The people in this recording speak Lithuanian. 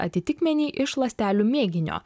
atitikmenį iš ląstelių mėginio